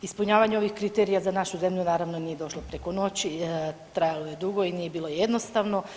Ispunjavanje ovih kriterija za našu zemlju naravno nije došlo preko noći, trajalo je dugo i nije bilo jednostavno.